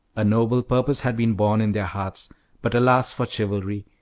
a noble purpose had been born in their hearts but alas for chivalry!